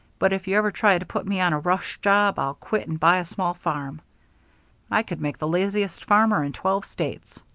but if you ever try to put me on a rush job i'll quit and buy a small farm i could make the laziest farmer in twelve states.